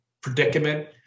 predicament